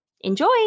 Enjoy